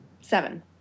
seven